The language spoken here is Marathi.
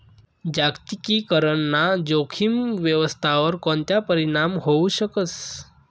जागतिकीकरण ना जोखीम व्यवस्थावर कोणता परीणाम व्हवू शकस